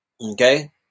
Okay